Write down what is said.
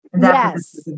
Yes